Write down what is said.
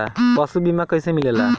पशु बीमा कैसे मिलेला?